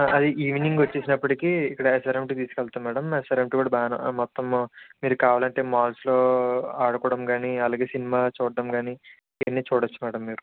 అది ఈవినింగ్ వచ్చేసినప్పిడికి ఇక్కడ రెస్టారెంట్కి తీసుకెళ్తా మ్యాడమ్ రెస్టారెంట్ కూడా బాగానే మొత్తము మీరు కావాలంటే మాల్స్లో ఆడుకోవడం గానీ అలాగే సినిమా చూడడం గానీ ఇవన్నీ చూడొచ్చు మ్యాడమ్ మీరు